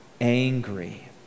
angry